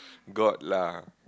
got lah